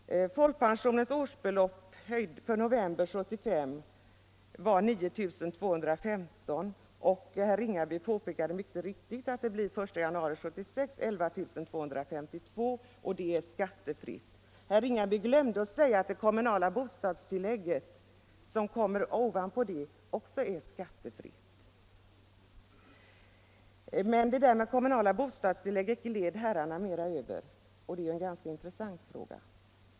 Folkpensionens årsbelopp i november 1975 var 9 215 kr. ; herr Ringaby påpekade mycket riktigt att det den 1 januari 1976 blir 11 252 kr. Det beloppet är skattefritt. Herr Ringaby glömde att säga att det kommunala bostadstillägget, som kommer ovanpå pensionen, också är skattefritt. Det kommunala bostadstillägget gled herrarna snabbt över, men det är en ganska intressant fråga.